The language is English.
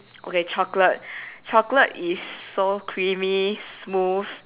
okay chocolate chocolate is so creamy smooth